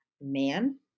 man